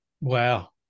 Wow